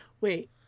Wait